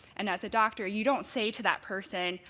and as a doctor you don't say to that person,